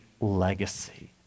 legacy